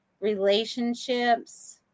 relationships